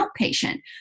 outpatient